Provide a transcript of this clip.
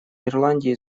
ирландии